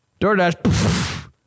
DoorDash